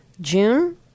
June